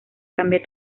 cambia